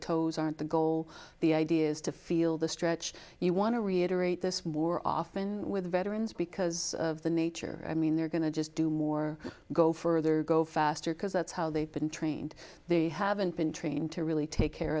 toes are the goal the idea is to feel the stretch you want to reiterate this more often with veterans because of the nature i mean they're going to just do more go further go faster because that's how they've been trained they haven't been trained to really take care